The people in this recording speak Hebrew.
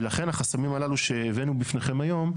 ולכן, החסמים הללו שהבאנו בפניכם היום,